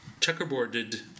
checkerboarded